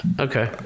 Okay